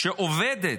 שעובדת,